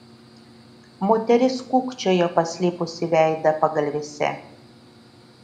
moteris kūkčiojo paslėpusi veidą pagalvėse